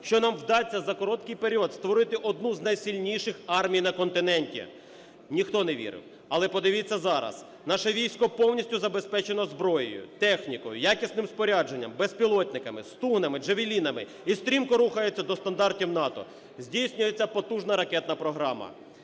що нам вдасться за короткий період створити одну з найсильніших армій на континенті. Ніхто не вірив. Але подивіться зараз: наше військо повністю забезпечено зброєю, технікою, якісним спорядженням, безпілотниками, "Стугнами", "Джавелінами" і стрімко рухається до стандартів НАТО, здійснюється потужна ракетна програма.